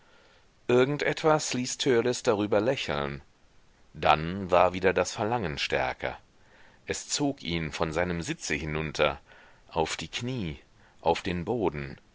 irgend etwas ließ törleß darüber lächeln dann war wieder das verlangen stärker es zog ihn von seinem sitze hinunter auf die knie auf den boden